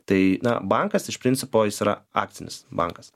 tai na bankas iš principo jis yra akcinis bankas